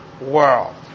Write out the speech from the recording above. world